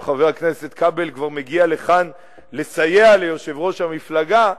אם חבר הכנסת כבל כבר מגיע לכאן לסייע ליושב-ראש המפלגה,